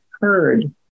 heard